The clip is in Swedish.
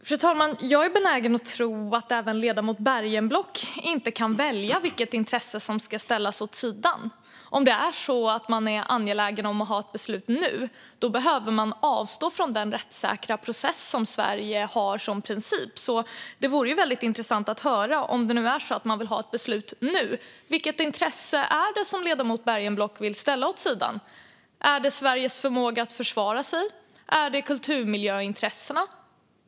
Fru talman! Jag är benägen att tro att inte heller ledamoten Bergenblock kan välja vilket intresse som ska ställas åt sidan. Om man är angelägen att få ett beslut nu behöver man avstå från den rättssäkra process som Sverige har som princip. Det vore därför väldigt intressant att höra, om man vill ha ett beslut nu, vilket intresse det är som ledamoten Bergenblock vill ställa åt sidan. Är det Sveriges förmåga att försvara sig? Är det kulturmiljöintressena?